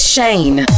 Shane